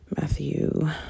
Matthew